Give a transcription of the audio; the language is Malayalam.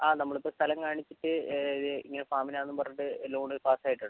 ആ നമ്മള് ഇപ്പം സ്ഥലം കാണിച്ചിട്ട് ഇത് ഇങ്ങനേ ഫാമിനാന്നും പറഞ്ഞിട്ട് ലോൺ പാസായിട്ടുണ്ട്